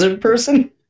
person